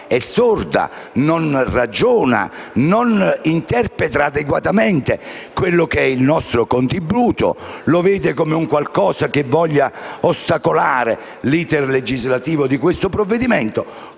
è sorda, non ragiona, non interpreta adeguatamente il nostro contributo, lo vede come qualcosa che voglia ostacolare l'*iter* legislativo del provvedimento